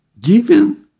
giving